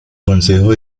consejo